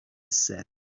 said